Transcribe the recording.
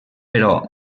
però